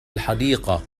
الحديقة